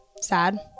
Sad